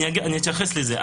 אני אתייחס לזה.